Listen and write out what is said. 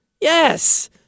Yes